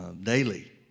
daily